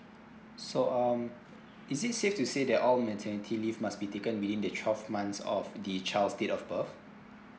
so um is it safe to say that all maternity leave must be taken within the twelve months of the child's date of birth